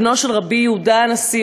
בנו של רבי יהודה הנשיא,